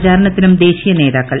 പ്രചാരണത്തിനും ദേശ്യീയ നേതാക്കൾ